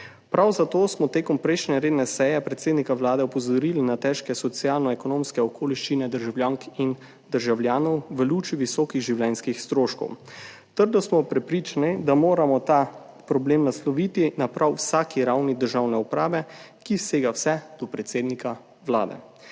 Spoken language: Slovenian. Prav zato smo na prejšnji redni seji predsednika Vlade opozorili na težke socialno-ekonomske okoliščine državljank in državljanov v luči visokih življenjskih stroškov. Trdno smo prepričani, da moramo ta problem nasloviti na prav vsaki ravni državne uprave, ki sega vse do predsednika Vlade.